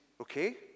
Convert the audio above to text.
okay